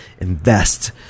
invest